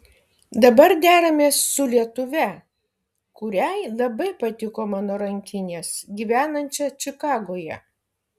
dabar deramės su lietuve kuriai labai patiko mano rankinės gyvenančia čikagoje